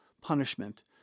punishment